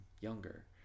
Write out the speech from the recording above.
younger